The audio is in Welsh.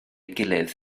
gilydd